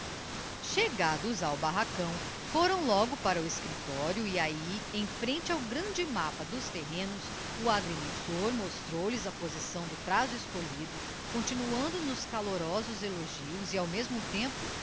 chegados ao barracão foram logo para o escriptorio e ahi em frente ao grande mappa dos terrenos o agrimensor mostrou lhes aposição do prazo escolhido continuando nos calorosos elogios e ao mfismo tempo